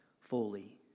fully